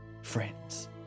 friends